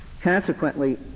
Consequently